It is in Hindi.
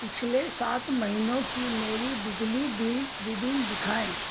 पिछले सात महीनों की मेरी बिजली बिल रीडिंग दिखाएँ